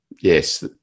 Yes